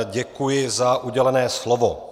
Děkuji za udělené slovo.